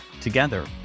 Together